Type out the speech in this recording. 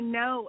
no